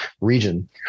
region